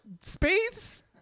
Space